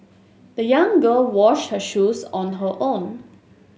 the young girl washed her shoes on her own